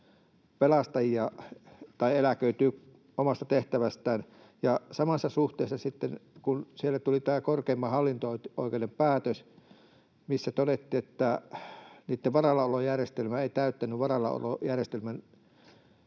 pelastajia, eläköityy omasta tehtävästään. Ja samassa suhteessa sitten se, kun tuli tämä korkeimman hallinto-oikeuden päätös, missä todettiin, että varallaolojärjestelmä ei täyttänyt varallaolojärjestelmän